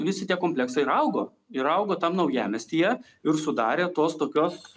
visi tie kompleksai ir augo ir augo tam naujamiestyje ir sudarė tos tokios